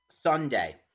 Sunday